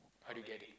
how do you get it